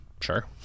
sure